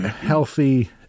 healthy